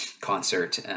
concert